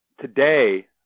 today